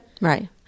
Right